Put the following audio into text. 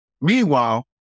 Meanwhile